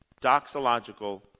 Doxological